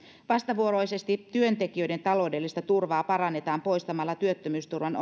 vastavuoroisesti työntekijöiden taloudellista turvaa parannetaan poistamalla työttömyysturvan